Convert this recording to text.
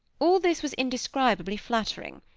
all this was indescribably flattering,